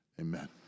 amen